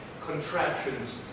contraptions